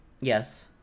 Yes